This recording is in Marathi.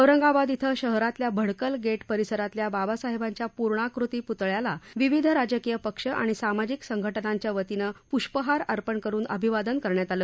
औरंगाबाद धिं शहरातल्या भडकल गेट परिसरातल्या बाबासाहेबांच्या पूर्णाकृती पुतळ्याला विविध राजकीय पक्ष आणि सामाजिक संघटनांच्या वतीनं पुष्पहार अर्पण करून अभिवादन करण्यात आलं